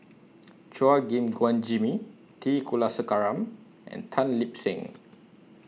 Chua Gim Guan Jimmy T Kulasekaram and Tan Lip Seng